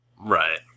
Right